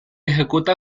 ejecuta